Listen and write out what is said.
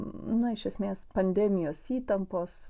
na iš esmės pandemijos įtampos